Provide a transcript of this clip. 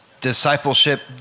discipleship